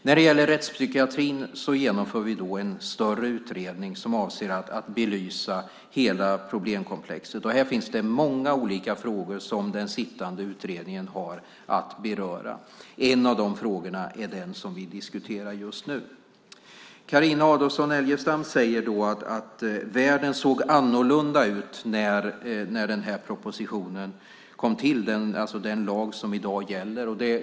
När det gäller rättspsykiatrin genomför vi en större utredning som avser att belysa hela problemkomplexet. Här finns det många olika frågor som den sittande utredningen har att beröra. En av de frågorna är den som vi diskuterar just nu. Carina Adolfsson Elgestam säger att världen såg annorlunda ut när den här propositionen kom till, alltså den lag som i dag gäller.